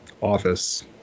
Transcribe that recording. office